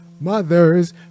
mothers